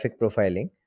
profiling